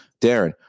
Darren